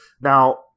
Now